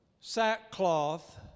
sackcloth